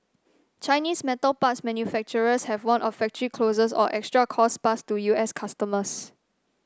chinese metal parts manufacturers have warned of factory closures or extra costs passed to U S customers